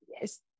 Yes